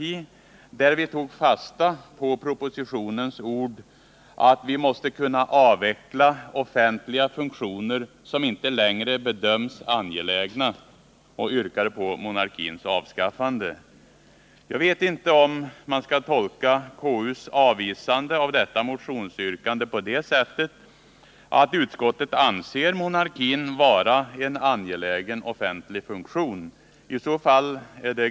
I denna proposition tog vi fasta på följande ord: ”Vi måste också kunna avveckla offentliga funktioner som inte längre bedöms angelägna.” Vi yrkade alltså på monarkins avskaffande. Jag vet inte om man skall tolka KU:s avvisande av detta motionsyrkande på det sättet, att utskottet anser monarkin kunna fylla en angelägen offentlig funktion.